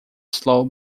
slow